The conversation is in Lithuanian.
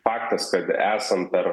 faktas kad esam per